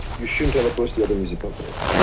you shouldn't have approached the other music companies.